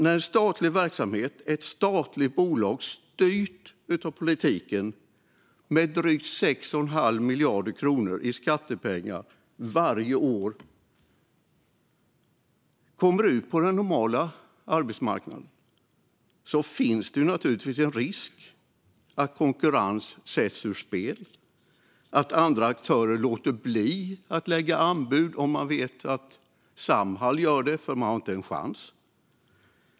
När en statlig verksamhet som Samhall, ett statligt bolag styrt av politiken och med stöd på drygt 6,5 miljarder kronor i skattepengar varje år, kommer ut på den normala arbetsmarknaden finns det naturligtvis en risk att konkurrensen sätts ur spel och att andra aktörer låter bli att lägga anbud om de vet att Samhall gör det för att de vet att de inte har en chans.